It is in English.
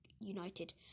united